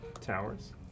towers